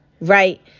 Right